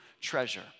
treasure